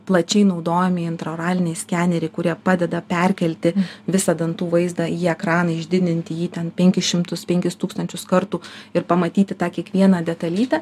plačiai naudojami introraliniai skeneriai kurie padeda perkelti visą dantų vaizdą į ekraną išdidinti jį ten penkis šimtus penkis tūkstančius kartų ir pamatyti tą kiekvieną detalytę